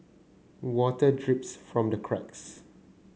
water drips from the cracks